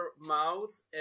mouths